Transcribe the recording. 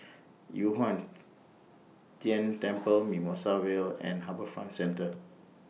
Yu Huang Tian Temple Mimosa Vale and HarbourFront Centre